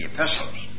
Epistles